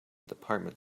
department